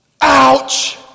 Ouch